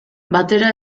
batera